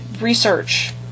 research